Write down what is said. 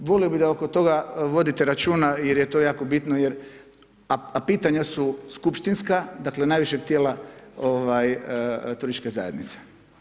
Volio bi da oko toga vodite računa jer je to jako bitno a pitanja su skupštinska, dakle najvišeg tijela turističke zajednice.